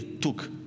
took